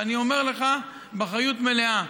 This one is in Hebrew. אני אומר לך באחריות מלאה,